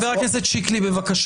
חבר הכנסת שיקלי.